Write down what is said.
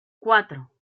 cuatro